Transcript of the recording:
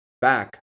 back